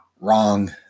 wrong